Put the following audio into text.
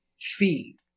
feed